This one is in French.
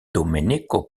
domenico